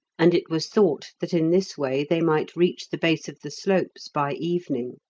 and it was thought that in this way they might reach the base of the slopes by evening.